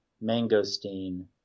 mangosteen